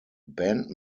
band